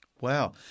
Wow